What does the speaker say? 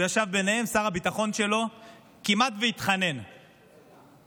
הוא ישב ביניהם, שר הביטחון שלו כמעט התחנן לחסד,